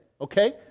Okay